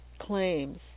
claims